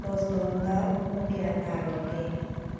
ꯕꯣꯁꯇꯣꯟꯗ ꯄꯨꯡ ꯀꯌꯥ ꯇꯥꯔꯕꯒꯦ